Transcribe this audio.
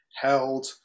held